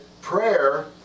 prayer